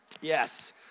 yes